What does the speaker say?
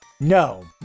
no